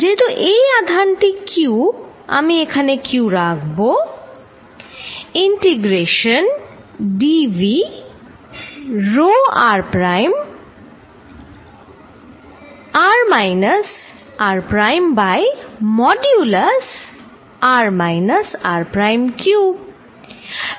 যেহেতু এই আধান q আমি এখানে q রাখবো integration dv rho r prime r minus r prime by modulus r minus r prime cube